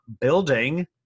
building